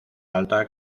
alta